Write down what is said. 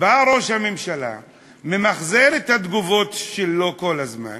בא ראש הממשלה, ממחזר את התגובות שלו כל הזמן